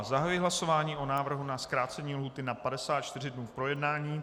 Zahajuji hlasování o návrhu na zkrácení lhůty na 54 dnů k projednání.